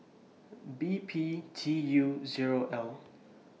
B P T U Zero L